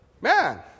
Man